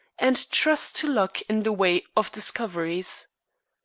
and trust to luck in the way of discoveries.